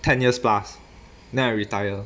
ten years plus then I retire